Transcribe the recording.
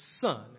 son